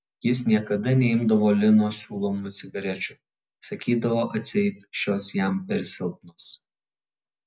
jis niekada neimdavo lino siūlomų cigarečių sakydavo atseit šios jam per silpnos